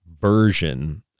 version